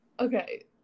Okay